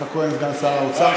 יצחק כהן, סגן שר האוצר.